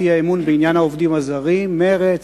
האי-אמון בעניין העובדים הזרים: מרצ,